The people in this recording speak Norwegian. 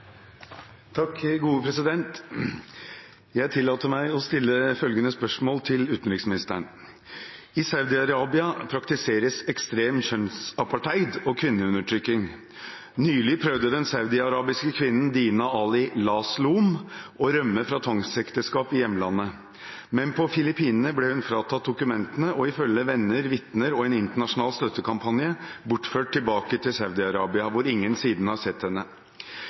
til utenriksministeren: «I Saudi-Arabia praktiseres ekstrem kjønnsapartheid og kvinneundertrykking. Nylig prøvde den saudiarabiske kvinnen Dina Ali å rømme fra tvangsekteskap i hjemlandet. Men på Filippinene ble hun fratatt dokumentene og ifølge venner, vitner og en internasjonal støttekampanje bortført tilbake til Saudi-Arabia, hvor ingen siden har sett henne.